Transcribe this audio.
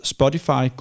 Spotify